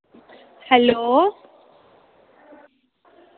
hello